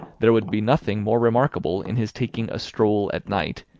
there would be nothing more remarkable in his taking a stroll at night,